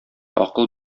акыл